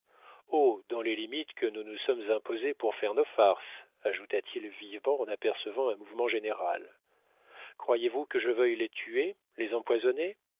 dans les limites que nous nous sommes imposées pour faire nos farces ajouta-t-il vivement en apercevant un mouvement général croyez-vous que je veuille les tuer les empoisonner